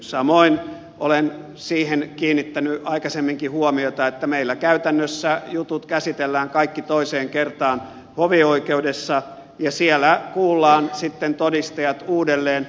samoin olen siihen kiinnittänyt aikaisemminkin huomiota että meillä käytännössä jutut käsitellään kaikki toiseen kertaan hovioikeudessa ja siellä kuullaan sitten todistajat uudelleen